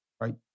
right